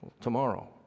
tomorrow